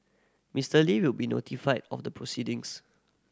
Mister Li will be notified of the proceedings